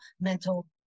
mental